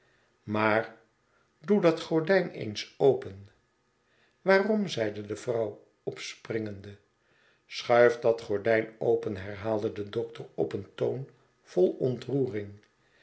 maar doe dat gordijn eens open waarom zeide de vrouw opspringende schuif dat gordijn open herhaalde de dokter op een toon vol ontroering